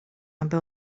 aby